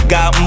Got